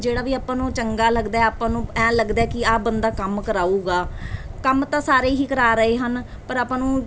ਜਿਹੜਾ ਵੀ ਆਪਾਂ ਨੂੰ ਚੰਗਾ ਲੱਗਦਾ ਆਪਾਂ ਨੂੰ ਐਂ ਲੱਗਦਾ ਕਿ ਆਹ ਬੰਦਾ ਕੰਮ ਕਰਾਵੇਗਾ ਕੰਮ ਤਾਂ ਸਾਰੇ ਹੀ ਕਰਾ ਰਹੇ ਹਨ ਪਰ ਆਪਾਂ ਨੂੰ